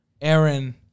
Aaron